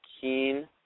Keen